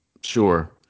Sure